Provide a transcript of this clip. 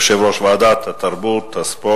יושב-ראש ועדת החינוך,